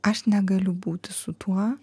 aš negaliu būti su tuo